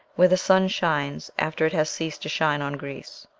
where the sun shines after it has ceased to shine on greece.